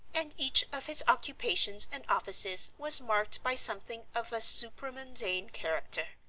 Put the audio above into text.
and each of his occupations and offices was marked by something of a supramundane character,